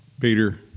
Peter